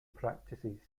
practices